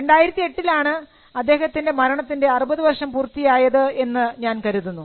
2008 ലാണ് അദ്ദേഹത്തിൻറെ മരണത്തിൻറെ 60 വർഷം പൂർത്തിയായത് എന്ന് ഞാൻ കരുതുന്നു